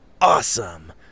Awesome